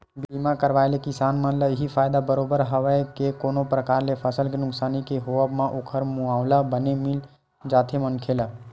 बीमा करवाय ले किसान मन ल इहीं फायदा बरोबर हवय के कोनो परकार ले फसल के नुकसानी के होवब म ओखर मुवाला बने मिल जाथे मनखे ला